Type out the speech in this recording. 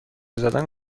زدن